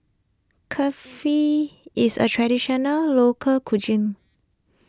Kulfi is a Traditional Local Cuisine